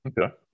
Okay